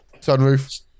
sunroof